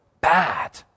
Bad